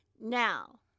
Now